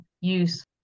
use